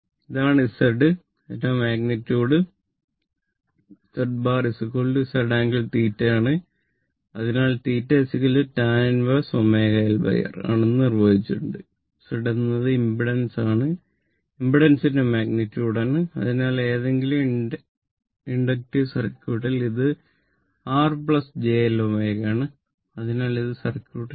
ഇതാണ് Z അതിന്റെ magnitude ആണ്